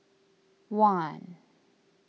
one